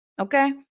Okay